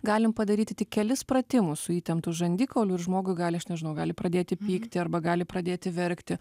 galim padaryti tik kelis pratimus su įtemptu žandikauliu ir žmogui gali aš nežinau gali pradėti pykti arba gali pradėti verkti